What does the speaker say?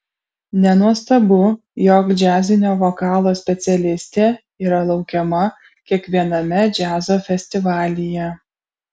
nenuostabu jog džiazinio vokalo specialistė yra laukiama kiekviename džiazo festivalyje